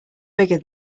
bigger